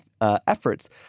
efforts